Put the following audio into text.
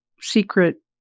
secret